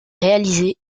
réalisée